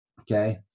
Okay